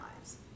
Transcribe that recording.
lives